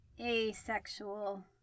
asexual